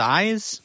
Size